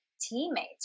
teammates